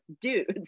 dudes